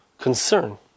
concern